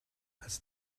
als